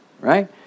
right